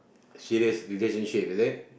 serious relationship is it